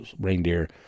reindeer